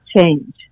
change